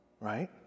right